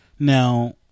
Now